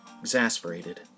exasperated